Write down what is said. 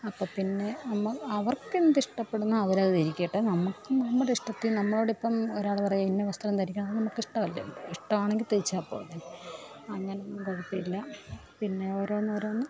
അപ്പം പിന്നെ നമ്മൾ അവർക്കെന്തിഷ്ടപ്പെടുന്നോ അവരത് ധരിക്കട്ടെ നമുക്ക് നമ്മുടെയിടിഷ്ടത്തിന് നമ്മളോടിപ്പം ഒരാൾ പറയുകയാ ഇന്ന വസ്ത്രം ധരിക്കണം നമുക്കിഷ്ടമല്ലല്ലോ ഇഷ്ടമാണെങ്കിൽ ധരിച്ചാൽ പോരെ അങ്ങനേയും കുഴപ്പമില്ല പിന്നെ ഓരോന്ന് ഓരോന്ന്